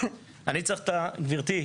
גברתי,